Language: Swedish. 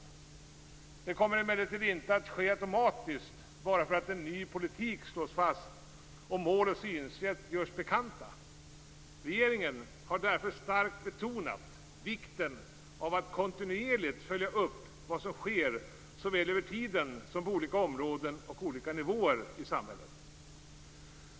Detta kommer emellertid inte att ske automatiskt bara därför att en ny politisk slås fast och mål och synsätt görs bekanta. Regeringen har därför starkt betonat vikten av att kontinuerligt följa upp vad som sker såväl över tiden som på olika områden och nivåer i samhället.